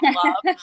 love